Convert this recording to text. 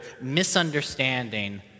misunderstanding